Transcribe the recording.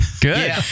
Good